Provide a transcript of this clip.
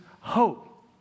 hope